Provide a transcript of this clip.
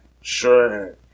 Sure